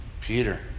Peter